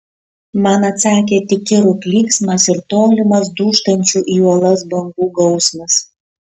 man atsakė tik kirų klyksmas ir tolimas dūžtančių į uolas bangų gausmas